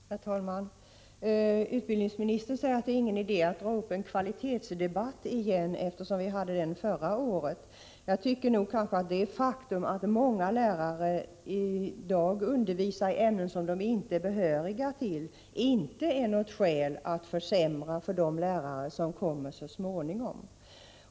Herr talman! Utbildningsministern säger att det inte är någon idé att dra upp en kvalitetsdebatt igen, eftersom vi hade en sådan förra året. Det faktum att många lärare i dag undervisar i ämnen som de inte är behöriga i är inte något skäl att försämra för de lärare som kommer så småningom.